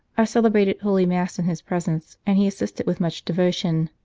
i celebrated holy mass in his presence, and he assisted with much devotion.